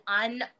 un-